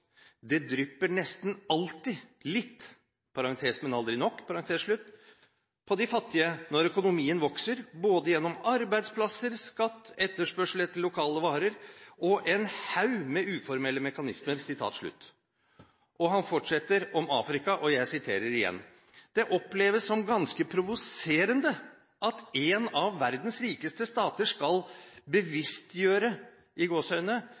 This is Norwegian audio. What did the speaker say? Det drypper nesten alltid litt på de fattige når økonomien vokser, både gjennom arbeidsplasser, skatt, etterspørsel etter lokale varer og en haug med uformelle mekanismer.» Han fortsetter om Afrika: Jeg skulle tro at det oppleves som «ganske provoserende at en av verdens rikeste stater skal «bevisstgjøre» lederne for noen av de fattigste statene om at løsningen ligger i